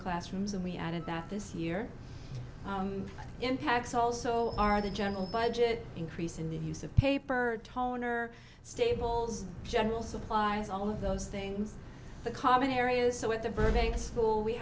classrooms and we added that this year impacts also are the general budget increase in the use of paper toner stables general supplies all of those things the common areas so at the